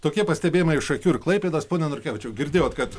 tokie pastebėjimai iš akių ir klaipėdos pone norkevičiau girdėjot kad